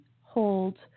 hold